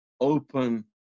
open